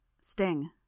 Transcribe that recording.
Sting